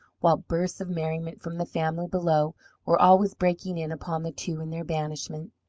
while bursts of merriment from the family below were always breaking in upon the two in their banishment.